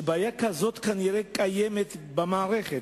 שבעיה כזאת קיימת במערכת.